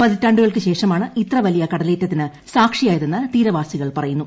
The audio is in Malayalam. പതിറ്റാണ്ടുകൾക്കുശേഷമാണ് ഇത്ര വലിയ കടലേറ്റത്തിന് സാക്ഷിയായതെന്ന് തീരവാസികൾ പറയുന്നു